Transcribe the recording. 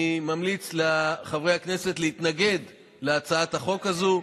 אני ממליץ לחברי הכנסת להתנגד להצעת החוק הזו,